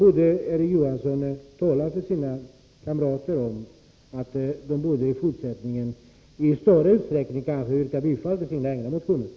Erik Johansson borde tala med sina kamrater om att de i fortsättningen i större utsträckning borde yrka bifall till sina egna motioner.